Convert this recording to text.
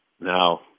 Now